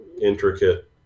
intricate